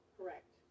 Correct